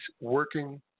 working